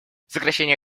сокращение